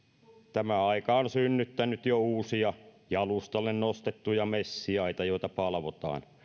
tämä aika on synnyttänyt jo uusia jalustalle nostettuja messiaita joita palvotaan